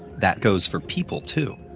that goes for people, too.